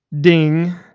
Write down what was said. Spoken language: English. Ding